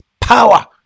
power